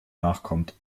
nachkommt